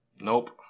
Nope